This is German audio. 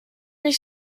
ich